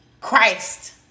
Christ